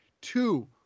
two